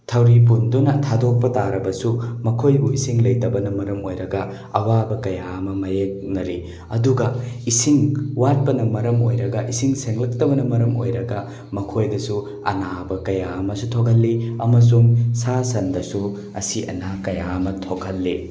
ꯊꯧꯔꯤ ꯄꯨꯟꯗꯨꯅ ꯊꯥꯗꯣꯛꯄ ꯇꯥꯔꯕꯁꯨ ꯃꯈꯣꯏꯕꯨ ꯏꯁꯤꯡ ꯂꯩꯇꯕꯅ ꯃꯔꯝ ꯑꯣꯏꯔꯒ ꯑꯋꯥꯕ ꯀꯌꯥ ꯑꯃ ꯃꯥꯏꯌꯣꯛꯅꯔꯤ ꯑꯗꯨꯒ ꯏꯁꯤꯡ ꯋꯥꯠꯄꯅ ꯃꯔꯝ ꯑꯣꯏꯔꯒ ꯏꯁꯤꯡ ꯁꯦꯡꯂꯛꯇꯕꯅ ꯃꯔꯝ ꯑꯣꯏꯔꯒ ꯃꯈꯣꯏꯗꯁꯨ ꯑꯅꯥꯕ ꯀꯌꯥ ꯑꯃꯁꯨ ꯊꯣꯛꯍꯜꯂꯤ ꯑꯃꯁꯨꯡ ꯁꯥ ꯁꯟꯗꯁꯨ ꯑꯁꯤ ꯑꯅꯥ ꯀꯌꯥ ꯑꯃ ꯊꯣꯛꯍꯜꯂꯤ